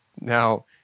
Now